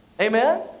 Amen